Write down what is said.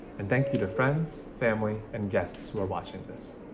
and thank you to friends, family and guests who are watching this.